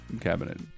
cabinet